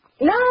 No